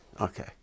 okay